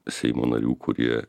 seimo narių kurie